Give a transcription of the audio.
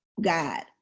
God